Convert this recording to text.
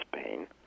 Spain